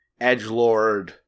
edgelord